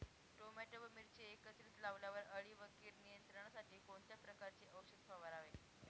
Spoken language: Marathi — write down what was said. टोमॅटो व मिरची एकत्रित लावल्यावर अळी व कीड नियंत्रणासाठी कोणत्या प्रकारचे औषध फवारावे?